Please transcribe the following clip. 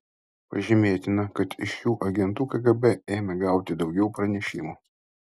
pažymėtina kad iš šių agentų kgb ėmė gauti daugiau pranešimų